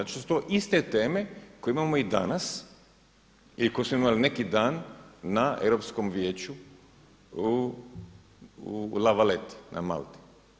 Zato što su to iste teme koje imamo i danas i koje smo imali neki dan na Europskom vijeću u La Valletti na Malti.